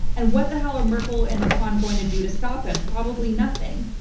and what the hell are merkel and macron going to do to stop him? probably nothing.